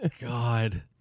God